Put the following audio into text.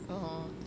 oh